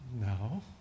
No